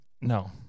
No